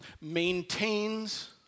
maintains